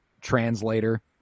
translator